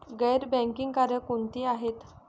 गैर बँकिंग कार्य कोणती आहेत?